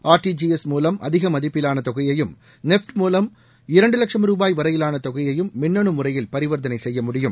RTGS மூவம் அதிக மதிப்பிலான தொகையையும் நெஃப்ட் மூவம் இரண்டு வட்சம் ருபாய் வரையிலான தொகையையும் மின்னனு முறையில் பரிவர்த்தனை செய்ய முடியும்